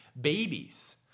babies